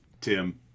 Tim